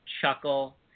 chuckle